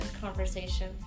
conversation